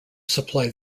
supply